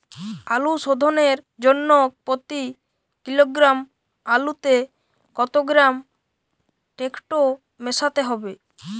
আলু শোধনের জন্য প্রতি কিলোগ্রাম আলুতে কত গ্রাম টেকটো মেশাতে হবে?